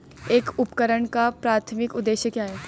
एक उपकरण का प्राथमिक उद्देश्य क्या है?